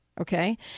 okay